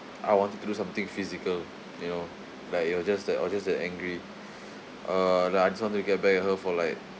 I wanted to do something physical you know like you know just that I was just that angry uh like I just want to get back at her for like